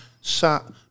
sat